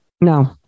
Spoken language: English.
No